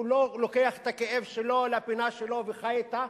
הוא לא לוקח את הכאב שלו לפינה שלו וחי אתו,